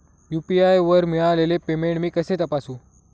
UPI वर मिळालेले payment मी कसे तपासू?